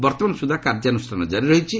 ବର୍ତ୍ତମାନ ସୁଦ୍ଧା କାର୍ଯ୍ୟନୁଷ୍ଠାନ କାରି ରହିଛି